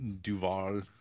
Duval